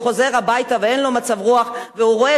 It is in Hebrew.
כשהוא חוזר הביתה ואין לו מצב רוח והוא רואה